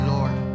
Lord